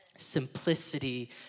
simplicity